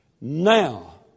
now